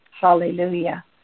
Hallelujah